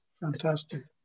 fantastic